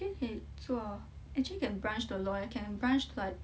可以做 actually can branch to lawyer can branch like